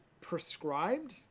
prescribed